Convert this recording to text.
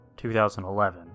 2011